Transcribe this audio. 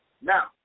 Now